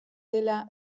dela